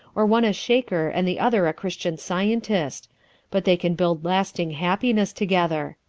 or one a shaker and the other a christian scientist but they can build lasting happiness together.